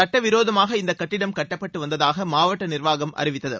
சட்டவிரோதமாக இந்த கட்டிடம் கட்டப்பட்டு வந்ததாக மாவட்ட நிர்வாகம் அறிவித்துள்ளது